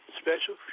special